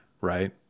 right